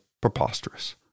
preposterous